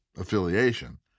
affiliation